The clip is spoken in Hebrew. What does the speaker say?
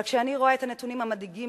אבל כשאני רואה את הנתונים המדאיגים